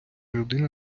людина